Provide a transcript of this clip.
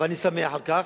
ואני שמח על כך,